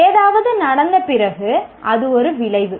ஏதாவது நடந்த பிறகு அது ஒரு விளைவு